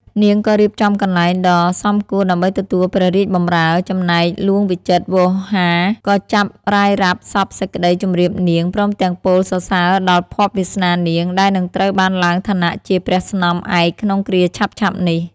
នាងក៏រៀបចំកន្លែងដ៏សមគួរដើម្បីទទួលព្រះរាជបម្រើ ចំណែកហ្លួងវិចិត្រវោហារក៏ចាប់រ៉ាយរ៉ាប់សព្វសេចក្ដីជម្រាបនាង ព្រមទាំងពោលសរសើរដល់ភ័ព្វវាសនានាង ដែលនឹងត្រូវបានឡើងឋានៈជាព្រះស្នំឯកក្នុងគ្រាឆាប់ៗនេះ ។